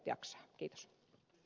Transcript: herra puhemies